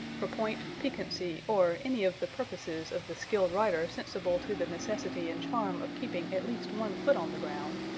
for point, piquancy or any of the purposes of the skilled writer sensible to the necessity and charm of keeping at least one foot on the ground,